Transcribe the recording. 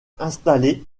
installés